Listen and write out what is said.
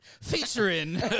Featuring